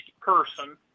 person